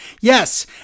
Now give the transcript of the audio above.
Yes